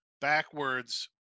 backwards